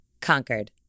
conquered